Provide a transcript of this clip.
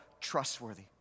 trustworthy